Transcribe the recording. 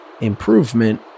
improvement